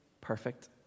perfect